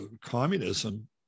communism